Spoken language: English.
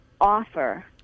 offer